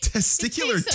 Testicular